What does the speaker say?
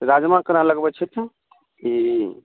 राजमा केना लगबै छथिन ई